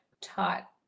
taught